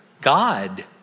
God